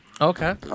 Okay